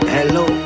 Hello